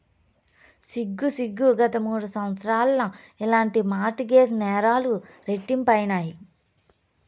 సిగ్గు సిగ్గు, గత మూడు సంవత్సరాల్ల ఇలాంటి మార్ట్ గేజ్ నేరాలు రెట్టింపైనాయి